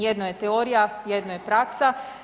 Jedno je teorija, jedno je praksa.